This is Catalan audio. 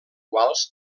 quals